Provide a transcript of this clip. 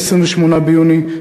28 ביוני,